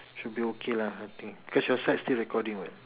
should be okay lah I think cause your side still recording [what]